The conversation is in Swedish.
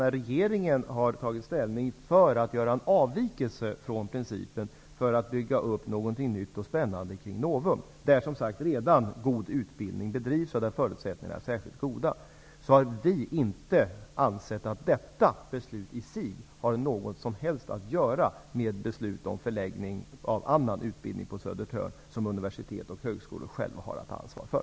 När regeringen har tagit ställning för att göra en avvikelse från principen för att bygga upp något nytt och spännande kring Novum, där som sagt redan god utbildning bedrivs och där förutsättningarna är särskilt goda, har vi inte ansett att detta beslut i sig har något som helst att göra med beslut om förläggning av annan utbildning på Södertörn. Det får universitet och högskolor själva ta ansvar för.